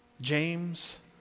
James